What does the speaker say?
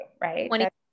right